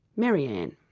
maryanne.